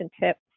tips